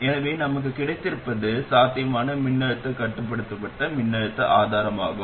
எனவே நமக்குக் கிடைத்திருப்பது சாத்தியமான மின்னழுத்தக் கட்டுப்படுத்தப்பட்ட மின்னழுத்த ஆதாரமாகும்